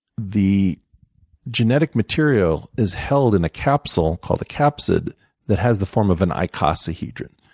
the genetic material is held in a capsule called a capsid that has the form of an icosahedron.